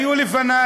היו לפני,